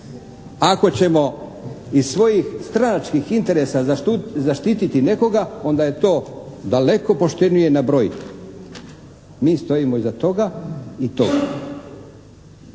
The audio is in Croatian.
Ako ćemo iz svojih stranačkih interesa zaštititi nekoga onda je to daleko poštenije nabrojiti. Mi stojimo iza toga i toga.